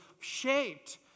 shaped